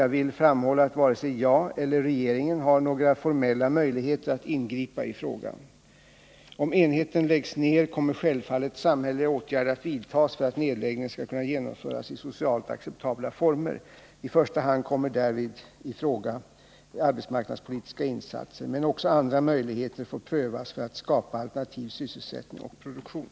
Jag vill framhålla att varken jag eller regeringen har några formella möjligheter att ingripa i frågan. Om enheten läggs ner kommer självfallet samhälleliga åtgärder att vidtas för att nedläggningen skall kunna genomföras i socialt acceptabla former. I första hand kommer härvid arbetsmarknadspolitiska insatser i fråga. Men också andra möjligheter får prövas för att skapa alternativ sysselsättning och produktion.